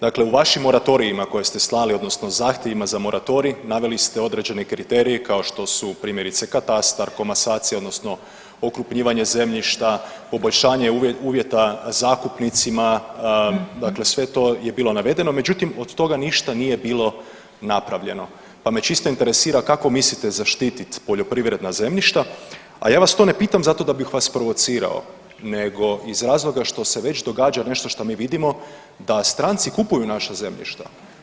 Dakle, u vašim moratorijima koje ste slali odnosno zahtjevima za moratorij naveli ste određene kriterije kao što su primjerice katastar, komasacija odnosno okrupnjivanje zemljišta, poboljšanje uvjeta zakupnicima, dakle sve to je bilo navedeno, međutim od toga ništa nije bilo napravljeno, pa me čisto interesira kako mislite zaštitit poljoprivredna zemljišta, a ja vas to ne pitam zato da bih vas provocirao nego iz razloga što se već događa nešto šta mi vidimo da stranci kupuju naša zemljišta.